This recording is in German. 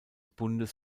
bundes